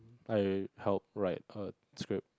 I helped write a script